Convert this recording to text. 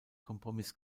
kompromiss